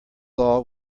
law